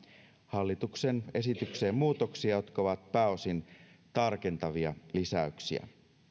hallituksen esitykseen muutoksia jotka ovat pääosin tarkentavia lisäyksiä